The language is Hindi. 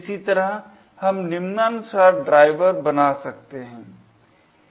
इसी तरह हम निम्नानुसार ड्राईवर बना सकते है